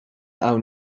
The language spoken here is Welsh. awn